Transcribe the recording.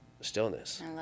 stillness